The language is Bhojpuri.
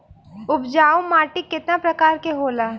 उपजाऊ माटी केतना प्रकार के होला?